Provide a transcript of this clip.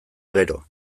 gero